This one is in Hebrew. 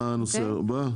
מה הנושא הבא?